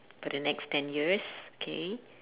for the next ten years K